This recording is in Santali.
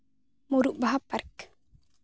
ᱢᱩᱨᱩᱜ ᱵᱟᱦᱟ ᱯᱟᱨᱠ